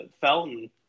Felton